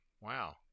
wow